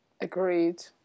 Agreed